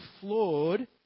flawed